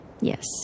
Yes